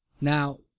Now